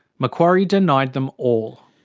macquarie denied them all.